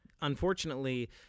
unfortunately